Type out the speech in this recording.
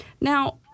now